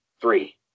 three